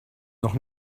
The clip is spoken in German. noch